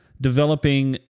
developing